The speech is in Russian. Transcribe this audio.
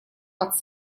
под